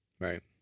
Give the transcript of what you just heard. Right